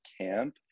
camp